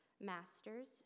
Masters